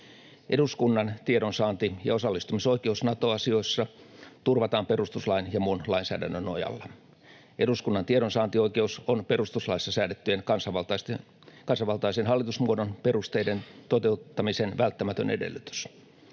Eduskunnan tiedonsaanti- ja osallistumisoikeus Nato-asioissa turvataan perustuslain ja muun lainsäädännön nojalla. Eduskunnan tiedonsaantioikeus on perustuslaissa säädettyjen kansanvaltaisen hallitusmuodon perusteiden toteuttamisen välttämätön edellytys.